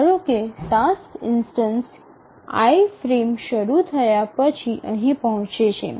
ધારો કે આ ટાસ્ક ઇન્સ્ટનસ i ફ્રેમ શરૂ થયા પછી અહીં પહોંચે છું